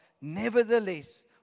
Nevertheless